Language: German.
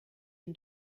ihn